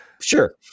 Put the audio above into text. Sure